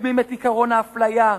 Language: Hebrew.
מקדמים את עקרון האפליה,